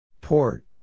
Port